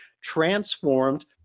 transformed